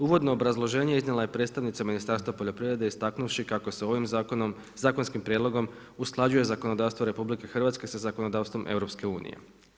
Uvodno obrazloženje iznijela je predstavnica Ministarstva poljoprivrede istaknuvši kako se ovim zakonom, zakonskim prijedlogom usklađuje zakonodavstvo RH sa zakonodavstvom EU-a.